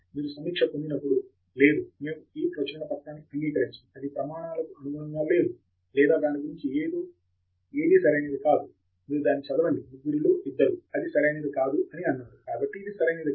మీరు సమీక్ష పొందినప్పుడు లేదు మేము ఈ ప్రచురణ పత్రాన్ని అంగీకరించము అది ప్రమాణాలకు అనుగుణంగా లేదు లేదా దాని గురించి ఏదో సరైనది కాదు మీరు దాన్ని చదవండి ముగ్గురిలో ఇద్దరు అది సరైనది కాదని అన్నారు కాబట్టి ఇది సరైనది కాదు